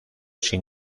sin